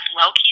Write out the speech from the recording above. low-key